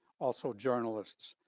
also journalists.